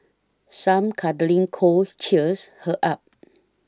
some cuddling could cheers her up